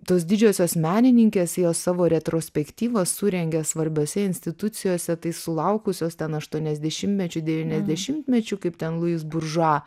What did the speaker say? tos didžiosios menininkės jos savo retrospektyvas surengė svarbiose institucijose tai sulaukusios ten aštuoniasdešimtmečių devyniasdešimtmečių kaip ten luis buržua